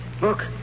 Look